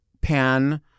pan